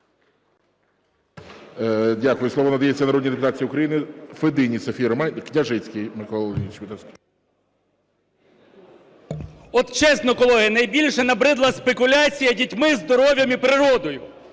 От чесно, колеги, найбільше набридла спекуляція дітьми, здоров'ям і природою.